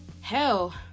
hell